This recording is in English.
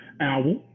Owl